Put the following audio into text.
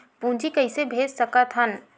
पूंजी कइसे भेज सकत हन?